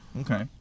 Okay